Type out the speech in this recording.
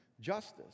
justice